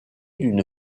d’une